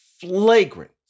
flagrant